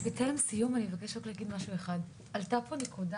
בטרם סיום אני מבקשת לומר דבר אחד עלתה פה נקודה